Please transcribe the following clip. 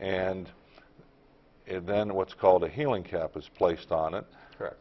and then what's called a healing cap is placed on it